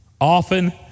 Often